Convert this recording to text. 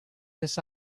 this